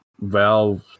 Valve